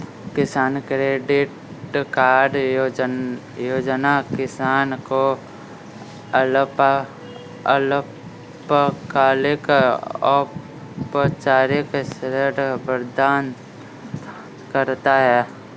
किसान credit card योजना किसान को अल्पकालिक औपचारिक ऋण प्रदान करता है